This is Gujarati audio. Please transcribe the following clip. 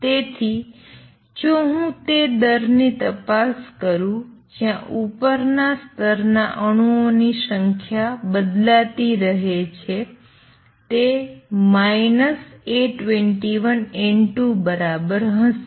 તેથી જો હું તે દરની તપાસ કરું જ્યાં ઉપરના સ્તર ના અણુઓની સંખ્યા બદલાતી રહે છે તે A21N2 બરાબર હશે